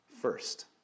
first